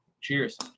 Cheers